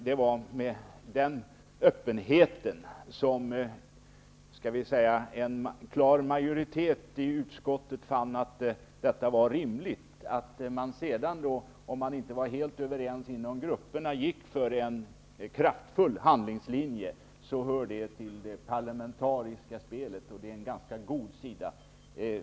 Det var en öppenhet som en klar majoritet i utskottet fann rimlig. Att man sedan, även om man inte var helt överens inom grupperna, gick in för en kraftfull handlingslinje hör till det parlamentariska spelet. Det är en ganska god sida.